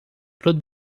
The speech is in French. claude